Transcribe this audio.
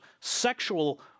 sexual